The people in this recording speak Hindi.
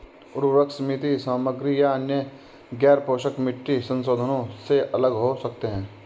उर्वरक सीमित सामग्री या अन्य गैरपोषक मिट्टी संशोधनों से अलग हो सकते हैं